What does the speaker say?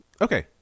Okay